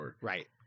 right